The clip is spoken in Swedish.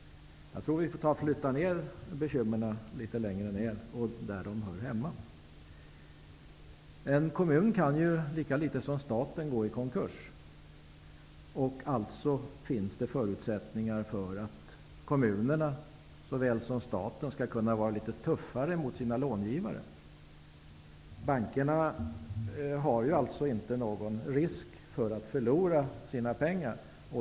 Jag tror att vi får lov att se bekymren där de hör hemma. En kommun kan ju, lika litet som staten, gå i konkurs. Det finns alltså förutsättningar för att kommunerna såväl som staten skall kunna vara litet tuffare mot sina långivare. Det finns ju ingen risk för att bankerna skall förlora sina pengar.